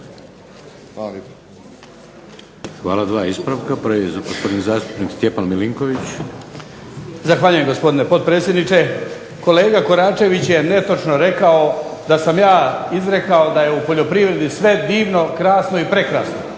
Hvala. Dva ispravka. Prvi gospodin zastupnik Stjepan Milinković. **Milinković, Stjepan (HDZ)** Zahvaljujem gospodine potpredsjedniče. Kolega Koračević je netočno rekao da sam ja izrekao da je u poljoprivredi sve divno, krasno i prekrasno.